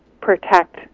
protect